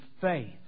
faith